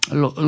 lo